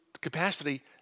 capacity